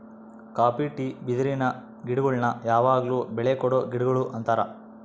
copy tea ಬಿದಿರಿನ ಗಿಡಗುಳ್ನ ಯಾವಗ್ಲು ಬೆಳೆ ಕೊಡೊ ಗಿಡಗುಳು ಅಂತಾರ